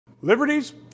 Liberties